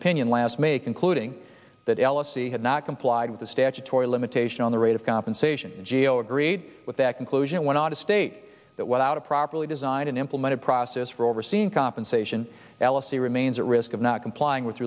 opinion last may concluding that elysee had not complied with the statutory limitation on the rate of compensation g o agreed with that conclusion went on to state that without a properly designed and implemented process for overseeing compensation elysee remains at risk of not complying with